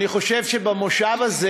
אני חושב שבמושב הזה